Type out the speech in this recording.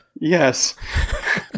Yes